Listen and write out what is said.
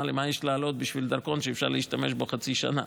מה יש לעלות בשביל דרכון שאפשר להשתמש בו חצי שנה?